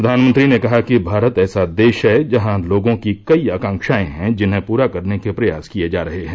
प्रधानमंत्री ने कहा कि भारत ऐसा देश है जहां लोगों की कई आकांवाएं हैं जिन्हें पूरा करने के प्रयास किए जा रहे हैं